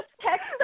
text